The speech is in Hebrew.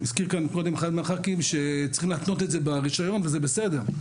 הזכיר כאן קודם אחד מהח"כים שצריך להתנות את זה ברישיון וזה בסדר,